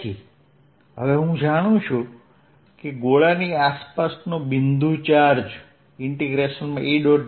તેથી હવે હું જાણું છું કે ગોળાની આસપાસનો બિંદુ ચાર્જ E